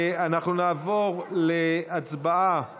אנחנו נעבור להצבעה על